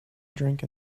drink